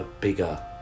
bigger